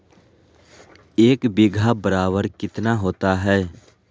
एक बीघा बराबर कितना होता है?